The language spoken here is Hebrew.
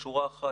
בשורה אחת,